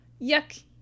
Yuck